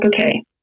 okay